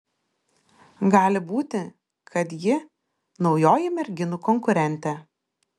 gali būti kad ji naujoji merginų konkurentė